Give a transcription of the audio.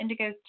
indigos